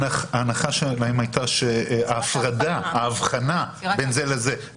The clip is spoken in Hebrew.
ההנחה שלהם הייתה ההבחנה בין זה לזה.